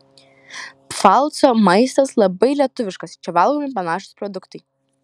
pfalco maistas labai lietuviškas čia valgomi panašūs produktai